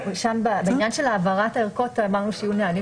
בעניין של העברת הערכות אמרנו שיהיו נהלים